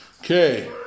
Okay